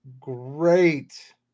great